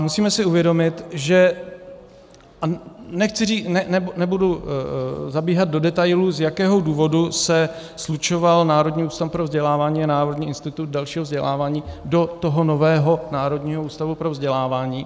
Musíme si uvědomit, a nebudu zabíhat do detailů, z jakého důvodu se slučoval Národní ústav pro vzdělávání a Národní institut dalšího vzdělávání do toho nového Národního ústavu pro vzdělávání.